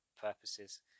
purposes